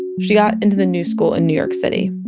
she got into the new school in new york city.